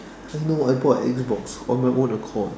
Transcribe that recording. I know I bought Xbox on my own accord